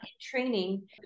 training